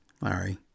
Larry